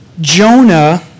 Jonah